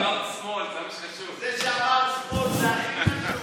זה שאמרת "שמאל" זה הכי חשוב.